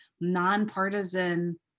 nonpartisan